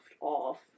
off